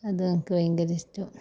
അതെനിക്ക് ഭയങ്കര ഇഷ്ടമാണ്